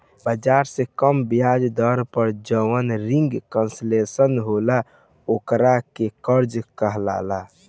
बाजार से कम ब्याज दर पर जवन रिंग कंसेशनल होला ओकरा के कर्जा कहाला